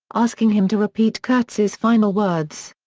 asking him to repeat kurtz's final words.